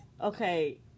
Okay